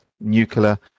nuclear